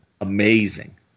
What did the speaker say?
Amazing